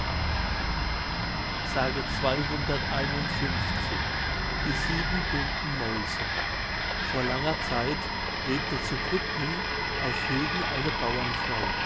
die sieben bunten mäuse vor langer zeit lebte zu pudmin auf rügen eine